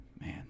Man